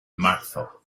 marzo